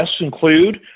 include